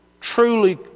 truly